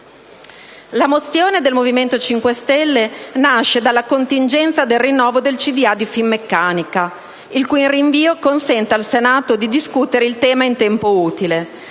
La mozione del Movimento 5 Stelle nasce dalla contingenza del rinnovo del consiglio d'amministrazione di Finmeccanica, il cui rinvio consente al Senato di discutere il tema in tempo utile,